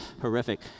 horrific